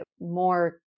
more